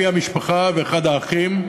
אבי המשפחה ואחד האחים.